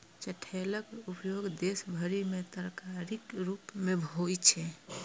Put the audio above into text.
चठैलक उपयोग देश भरि मे तरकारीक रूप मे होइ छै